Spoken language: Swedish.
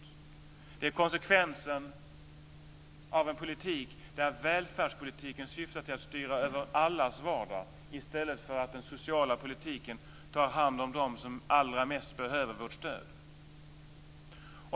Detta är konsekvensen av en politik där välfärdspolitiken syftar till att styra över allas vardag, i stället för att den sociala politiken tar hand om dem som allra mest behöver vårt stöd.